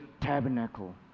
tabernacle